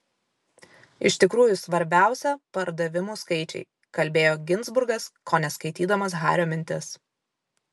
iš tikrųjų svarbiausia pardavimų skaičiai kalbėjo ginzburgas kone skaitydamas hario mintis